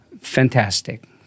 fantastic